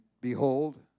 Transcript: behold